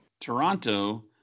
Toronto